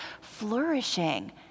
flourishing